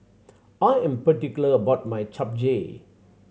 I am particular about my Japchae